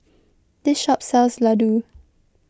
this shop sells Laddu